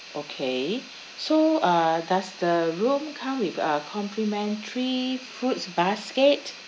okay so uh does the room come with a complimentary fruits basket